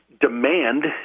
demand